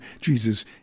Jesus